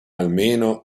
almeno